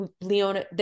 Leona